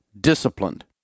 disciplined